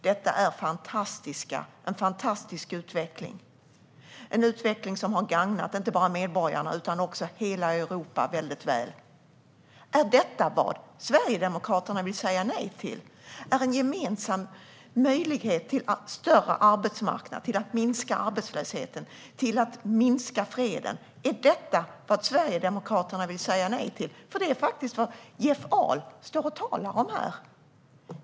Det är en fantastisk utveckling, som har gagnat inte bara medborgarna utan hela Europa. Är detta vad Sverigedemokraterna vill säga nej till? Är en gemensam möjlighet till större arbetsmarknad, minskad arbetslöshet och fortsatt fred något som Sverigedemokraterna säger nej till? För det är faktiskt vad Jeff Ahl står och talar om här.